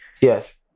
Yes